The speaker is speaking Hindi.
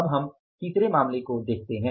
अब हम तीसरे मामले को देखते हैं